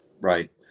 Right